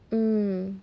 mm